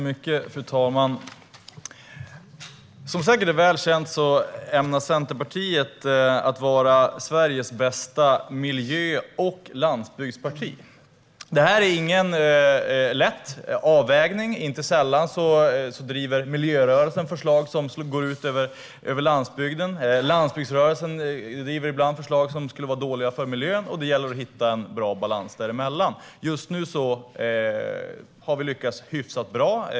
Fru talman! Som säkert är väl känt ämnar Centerpartiet vara Sveriges bästa miljö och landsbygdsparti. Det är ingen lätt avvägning. Inte sällan driver miljörörelsen förslag som går ut över landsbygden. Landsbygdsrörelsen driver ibland förslag som är dåliga för miljön. Det gäller att hitta en bra balans däremellan. Just nu har vi lyckats hyfsat bra.